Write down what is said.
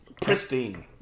Pristine